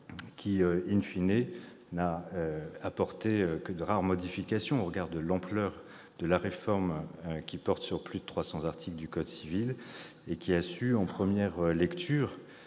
qui,, n'a apporté que de rares modifications au regard de l'ampleur de la réforme, qui porte sur plus de 300 articles du code civil, et qui a su, en première lecture,